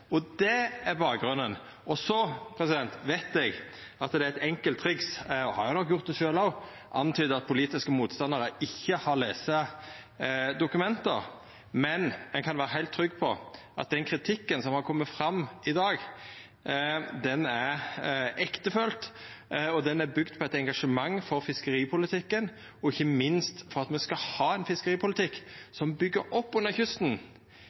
og det er bakgrunnen. Eg veit at det er eit enkelt triks – og eg har nok gjort det sjølv òg – å antyda at politiske motstandarar ikkje har lese dokumenta. Men ein kan vera heilt trygg på at den kritikken som har kome fram i dag, er ektefølt, og han er bygd på eit engasjement for fiskeripolitikken og ikkje minst for at me skal ha ein fiskeripolitikk som byggjer opp under kysten,